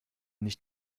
nicht